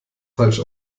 falsch